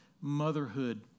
motherhood